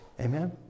Amen